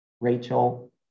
Rachel